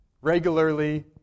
regularly